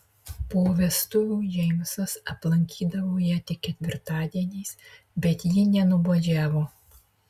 po vestuvių džeimsas aplankydavo ją tik ketvirtadieniais bet ji nenuobodžiavo